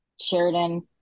Sheridan